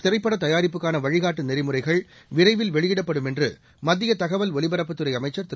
திரைப்படத் தயாரிப்புக்கான வழிகாட்டு நெறிமுறைகள் விரைவில் வெளியிடப்படும் என்று மத்திய தகவல் ஒலிபரப்புத்துறை அமைச்சர் திரு